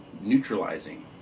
neutralizing